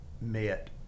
met